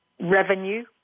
revenue